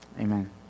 Amen